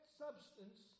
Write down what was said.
substance